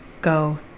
go